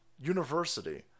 University